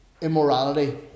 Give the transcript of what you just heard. immorality